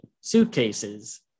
suitcases